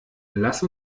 lass